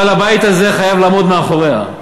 אבל הבית הזה חייב לעמוד מאחוריה.